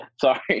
Sorry